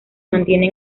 mantiene